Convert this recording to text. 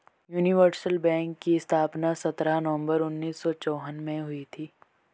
universal bank की स्थापना सत्रह नवंबर उन्नीस सौ चौवन में हुई थी